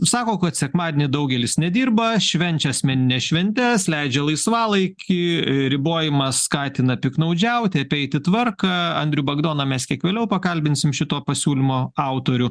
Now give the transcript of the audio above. sako kad sekmadienį daugelis nedirba švenčia asmenines šventes leidžia laisvalaikį ribojimas skatina piktnaudžiauti apeiti tvarką andrių bagdoną mes kiek vėliau pakalbinsim šito pasiūlymo autorių